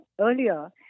earlier